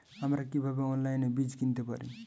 আমরা কীভাবে অনলাইনে বীজ কিনতে পারি?